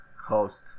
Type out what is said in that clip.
host